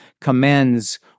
commends